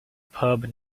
pub